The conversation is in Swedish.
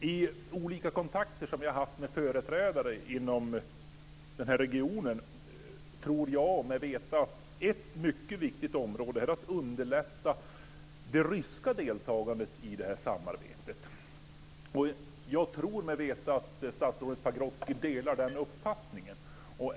Efter de olika kontakter som vi har haft med företrädare inom den här regionen tror jag mig veta att ett mycket viktigt område är att underlätta det ryska deltagandet i samarbetet. Jag tror mig också veta att statsrådet Pagrotsky delar den uppfattningen.